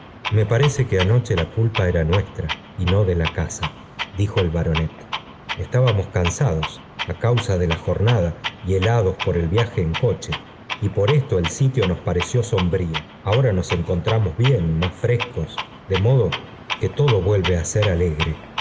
me parece que anoche la culpa era nuestra y no de la casa dijo el baronet estábamos cansados á causa de la jornada y helados por el viaje en coche y por esto el sitio nos pareció sombrío ahora nos encontramos bien más frescos de modo que todo vuelve á ser alegre